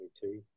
two